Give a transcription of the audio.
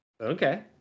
Okay